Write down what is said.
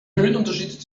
höhenunterschied